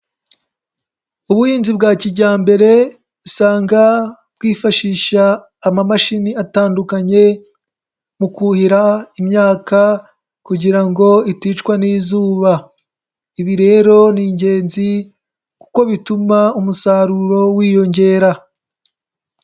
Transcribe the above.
Ubuhinzi bwa kijyambere usanga bwifashisha amamashini atandukanye mu kuhira imyaka kugira ngo iticwa n'izuba. Ibi rero ni ingenzi kuko bituma umusaruro wiyongera.